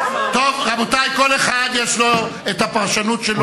טוב, רבותי, כל אחד יש לו הפרשנות שלו לדברי חז"ל.